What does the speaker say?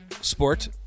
sport